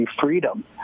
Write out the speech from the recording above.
freedom